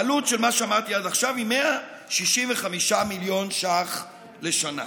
העלות של מה שאמרתי עד עכשיו היא 165 מיליון שקלים לשנה.